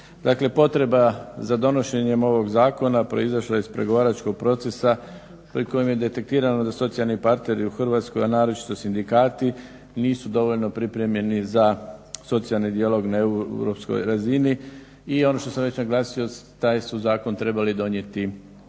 potreba za donošenjem ovog zakona proizašla je iz pregovaračkog procesa pri kojem je detektirano da socijalni partneri u Hrvatskoj, a naročito sindikati nisu dovoljno pripremljeni za socijalni dijalog na Europskoj razini. I ono što sam već naglasio taj su zakon trebali donijeti